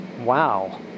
Wow